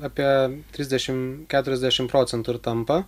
apie trisdešim keturiasdešim procentų ir tampa